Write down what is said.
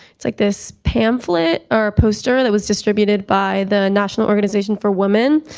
it's like this pamphlet or a poster that was distributed by the national organization for women.